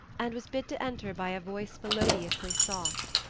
and was bid to enter by a voice melodiously soft.